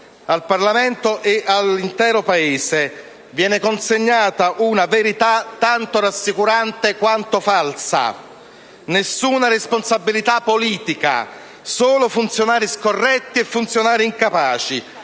Al Parlamento e all'intero Paese viene consegnata una verità tanto rassicurante quanto falsa: nessuna responsabilità politica, solo funzionari scorretti e incapaci,